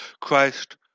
Christ